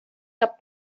cap